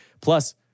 plus